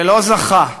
ולא זכה שלילי,